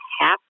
half